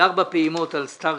על ארבע פעימות על סטארקיסט,